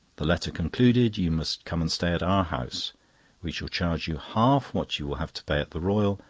the letter concluded you must come and stay at our house we shall charge you half what you will have to pay at the royal,